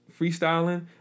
freestyling